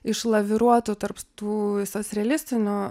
išlaviruotų tarp tų visas realistinių